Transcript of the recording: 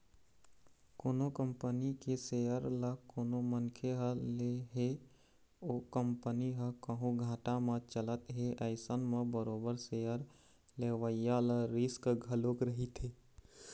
कोनो कंपनी के सेयर ल कोनो मनखे ह ले हे ओ कंपनी ह कहूँ घाटा म चलत हे अइसन म बरोबर सेयर लेवइया ल रिस्क घलोक रहिथे